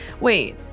Wait